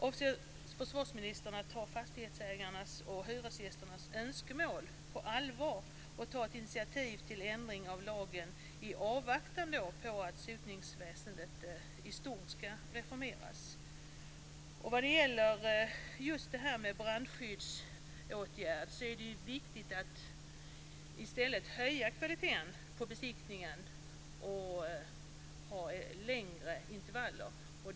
Avser försvarsministern att ta fastighetsägarnas och hyresgästernas önskemål på allvar och ta ett initiativ till ändring av lagen i avvaktan på att sotningsväsendet i stort ska reformeras? Vad gäller brandskyddsåtgärderna är det viktigt att i stället höja kvaliteten på besiktningen och ha längre intervaller.